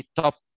top